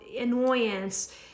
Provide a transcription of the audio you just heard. annoyance